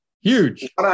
Huge